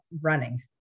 running